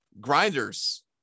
grinders